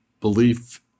belief